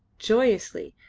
joyously,